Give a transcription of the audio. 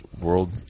World